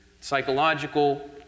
psychological